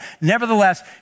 Nevertheless